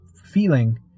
feeling